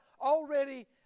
already